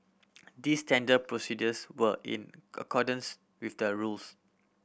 these tender procedures were in accordance with the rules